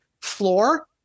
floor